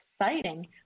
exciting